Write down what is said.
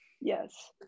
Yes